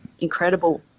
incredible